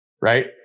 right